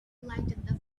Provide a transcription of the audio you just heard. lighted